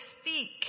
speak